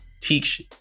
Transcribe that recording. teach